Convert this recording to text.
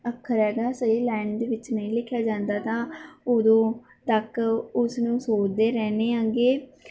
ਅੱਖਰ ਹੈਗਾ ਸਹੀ ਲਾਈਨ ਦੇ ਵਿੱਚ ਨਹੀਂ ਲਿਖਿਆ ਜਾਂਦਾ ਤਾਂ ਉਦੋਂ ਤੱਕ ਉਸਨੂੰ ਸੋਚਦੇ ਰਹਿੰਦੇ ਹੈਗੇ